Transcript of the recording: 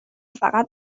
فقط